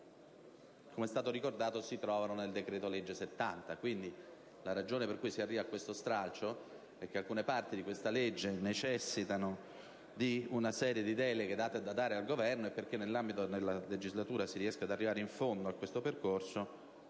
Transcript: com'è stato ricordato, si trovano nel decreto-legge n. 70 del 2011. Quindi, la ragione per cui si arriva a questo stralcio è che alcune parti di questo disegno di legge necessitano di una serie di deleghe, date e da dare, al Governo e, perché nell'ambito della legislatura si riesca ad arrivare in fondo a questo percorso,